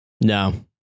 No